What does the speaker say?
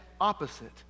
opposite